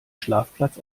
schlafplatz